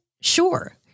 Sure